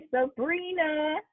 Sabrina